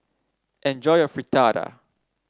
enjoy your Fritada